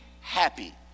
happy